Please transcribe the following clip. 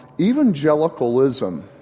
evangelicalism